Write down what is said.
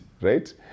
right